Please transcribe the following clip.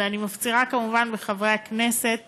כמובן, אני מפצירה בחברי הכנסת